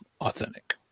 authentic